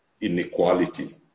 inequality